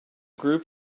group